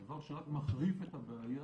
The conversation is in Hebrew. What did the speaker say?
דבר שרק מחריף את הבעיה